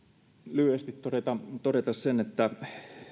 lyhyesti todeta todeta sen että